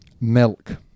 Milk